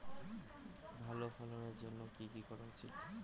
ভালো ফলনের জন্য কি কি করা উচিৎ?